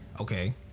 Okay